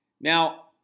now